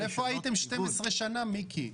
אבל איפה הייתם 12 שנה, מיקי?